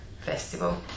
Festival